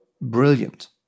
Brilliant